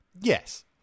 yes